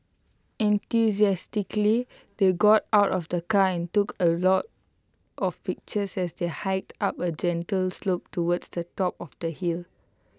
enthusiastically they got out of the car and took A lot of pictures as they hiked up A gentle slope towards the top of the hill